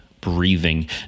breathing